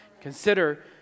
Consider